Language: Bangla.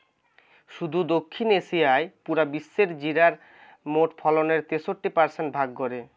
শুধু দক্ষিণ এশিয়াই পুরা বিশ্বের জিরার মোট ফলনের তেষট্টি পারসেন্ট ভাগ করে